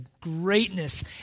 greatness